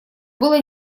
было